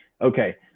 Okay